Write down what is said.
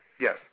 Yes